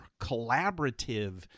collaborative